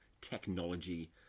technology